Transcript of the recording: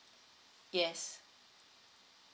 yes